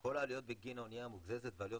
"כל העלויות בגין האנייה המגזזת ועלויות